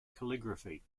calligraphy